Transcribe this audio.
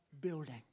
building